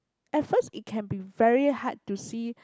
at first it can be very hard to see